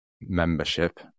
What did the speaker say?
membership